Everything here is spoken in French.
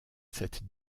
cette